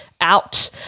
out